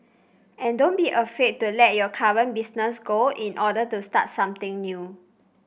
and don't be afraid to let your current business go in order to start something new